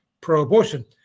pro-abortion